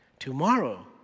Tomorrow